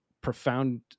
profound